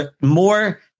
more